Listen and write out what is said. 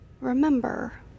remember